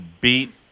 beat